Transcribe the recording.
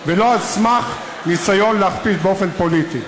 ולא על סמך ניסיון להכפיש באופן פוליטי.